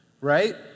right